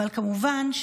אבל כמובן,